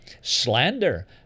Slander